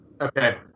Okay